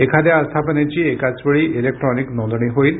एखाद्या आस्थापनेची एकाच वेळी इलेक्ट्रॉनिक नोंदणी होईल